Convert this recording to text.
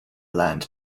land